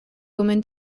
woman